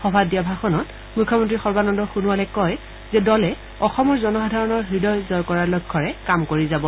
সভাত দিয়া ভাষণত মুখ্যমন্ত্ৰী সৰ্বানন্দ সোনোৱালে কয় যে দলে অসমৰ জনসাধাৰণৰ হৃদয় জয় কৰাৰ লক্ষ্যৰে কাম কৰি যাব